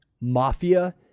Mafia